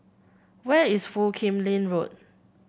where is Foo Kim Lin Road